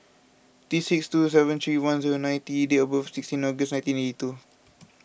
this is T six two seven three one zero nine T date of birth is sixteen August nineteen eighty two